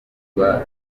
rwa